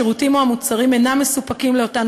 השירותים או המוצרים אינם מסופקים לאותן